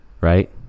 right